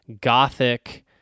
Gothic